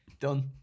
done